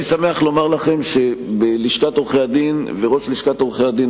אני שמח לומר לכם שלשכת עורכי-הדין וראש לשכת עורכי-הדין,